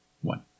one